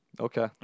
Okay